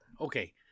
Okay